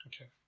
okay